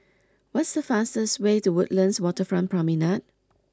what is the fastest way to Woodlands Waterfront Promenade